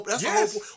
Yes